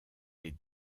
les